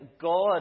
God